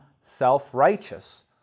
self-righteous